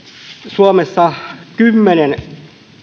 suomessa vuodessa ostetaan kymmenen